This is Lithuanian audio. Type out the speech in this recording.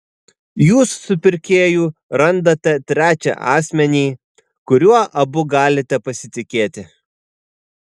jūs su pirkėju randate trečią asmenį kuriuo abu galite pasitikėti